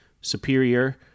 Superior